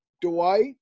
Dwight